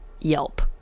Yelp